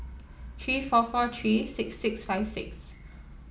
three four four three six six five six